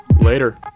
Later